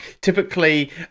Typically